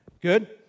good